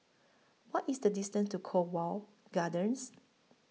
What IS The distance to Cornwall Gardens